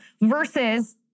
versus